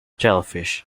jellyfish